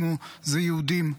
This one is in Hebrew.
אנחנו זה יהודים,